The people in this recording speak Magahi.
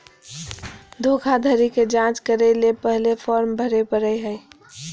धोखाधड़ी के जांच करय ले पहले फॉर्म भरे परय हइ